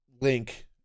link